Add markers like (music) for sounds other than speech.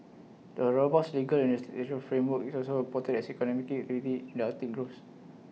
the robust legal and (unintelligible) framework is also important as economic activity in Arctic grows